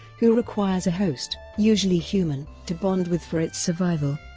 who requires a host, usually human, to bond with for its survival.